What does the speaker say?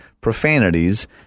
profanities